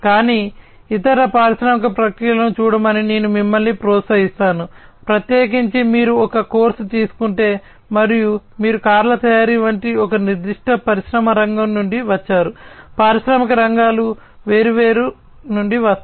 కానీ ఇతర పారిశ్రామిక ప్రక్రియలను చూడమని నేను మిమ్మల్ని ప్రోత్సహిస్తాను ప్రత్యేకించి మీరు ఒక కోర్సు తీసుకుంటుంటే మరియు మీరు కార్ల తయారీ వంటి ఒక నిర్దిష్ట పరిశ్రమ రంగం నుండి వచ్చారు పారిశ్రామిక రంగాలు వేర్వేరు నుండి వస్తాయి